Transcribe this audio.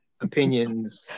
opinions